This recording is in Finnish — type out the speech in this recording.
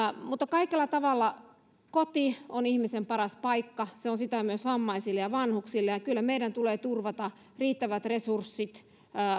kaikella tavalla koti on ihmisen paras paikka se on sitä myös vammaisille ja vanhuksille ja kyllä meidän tulee turvata riittävät resurssit